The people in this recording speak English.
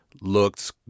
looked